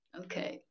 okay